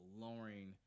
lowering